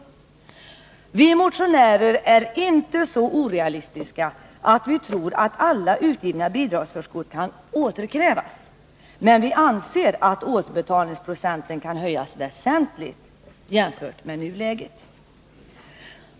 Vi motionärer är inte så orealistiska att vi tror att alla utgivna bidragsförskott kan återkrävas. Men vi anser att återbetalningsprocenten kan höjas väsentligt jämfört med nuläget.